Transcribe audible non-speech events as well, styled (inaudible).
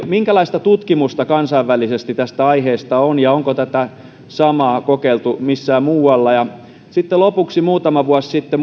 minkälaista tutkimusta kansainvälisesti tästä aiheesta on ja onko tätä samaa kokeiltu missään muualla sitten lopuksi muistan hyvin kun muutama vuosi sitten (unintelligible)